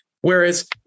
Whereas